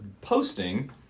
posting